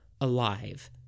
alive